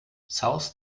south